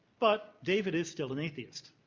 but david is still an atheist.